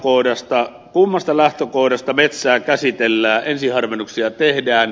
kummasta lähtökohdasta metsää käsitellään ensiharvennuksia tehdään